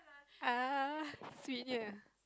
!ah!